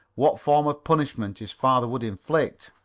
what form of punishment his father would inflict.